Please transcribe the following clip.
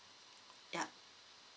yeah